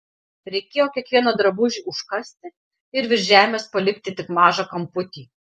reikėjo kiekvieną drabužį užkasti ir virš žemės palikti tik mažą kamputį